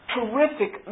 Terrific